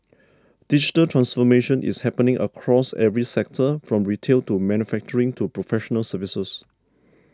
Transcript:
digital transformation is happening across every sector from retail to manufacturing to professional services